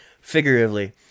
figuratively